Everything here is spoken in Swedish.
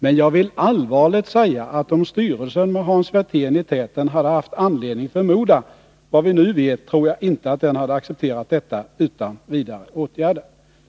Men jag vill allvarligt säga att om styrelsen med Hans Werthén i täten hade haft anledning förmoda vad vi nu vet tror jag inte den hade accepterat detta utan att vidta åtgärder.